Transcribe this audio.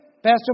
Pastor